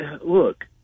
look